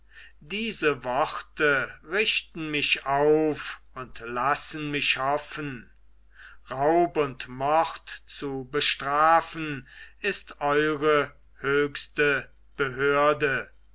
diese worte richten mich auf und lassen mich hoffen raub und mord zu bestrafen ist eure höchste behörde